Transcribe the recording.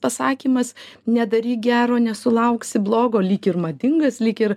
pasakymas nedaryk gero nesulauksi blogo lyg ir madingas lyg ir